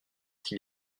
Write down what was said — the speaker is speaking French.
qu’il